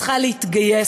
צריכה להתגייס,